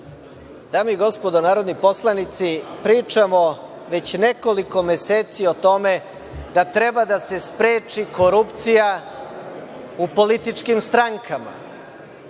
Dame i gospodo narodni poslanici, pričamo već nekoliko meseci o tome da treba da se spreči korupcija u političkim strankama.